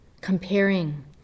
comparing